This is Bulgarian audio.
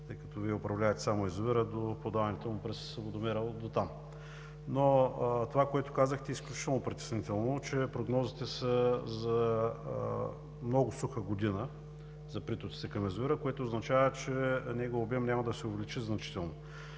тъй като Вие управлявате язовира до подаването му през водомера – дотам. Но това, което казахте, е изключително притеснително – че прогнозите са за много суха година за притоците към язовира, което означава, че неговият обем няма да се увеличи значително.